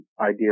idea